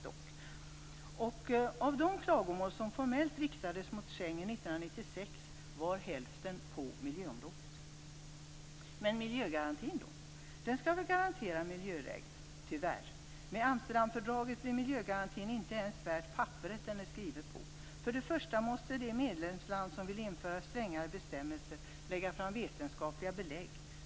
Av de klagomål som 1996 formellt riktades mot Schengen var hälften klagomål på miljöområdet. Men miljögarantin då? Den skall väl garantera miljöregler? Tyvärr med Amsterdamfördraget blir miljögarantin inte ens värd det papper som det är skrivet på. För det första måste det medlemsland som vill införa strängare bestämmelser lägga fram "vetenskapliga belägg".